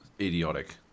idiotic